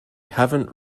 haven’t